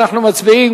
אנחנו מצביעים,